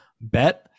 bet